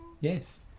Yes